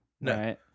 no